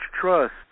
trust